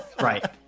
Right